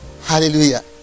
hallelujah